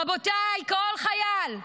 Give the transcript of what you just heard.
רבותיי, כל חייל,